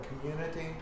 community